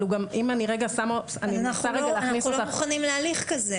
אבל אם אני --- אנחנו לא מוכנים להליך כזה.